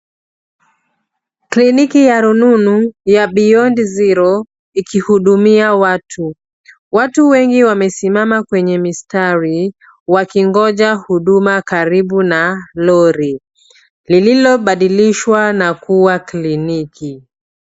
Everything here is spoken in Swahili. Kliniki ya rununu ya Beyond Zero ikihudumia watu, watu wengi wamesimama kwenye mistari wakingoja huduma karibu na lori lililobadilishwa na kuwa kliniki.